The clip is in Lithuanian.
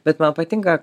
bet man patinka